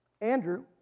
Andrew